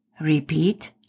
Repeat